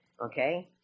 okay